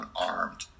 unarmed